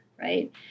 right